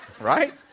Right